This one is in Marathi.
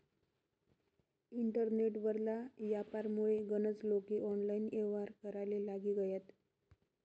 इंटरनेट वरला यापारमुये गनज लोके ऑनलाईन येव्हार कराले लागी गयात